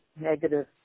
negative